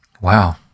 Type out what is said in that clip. Wow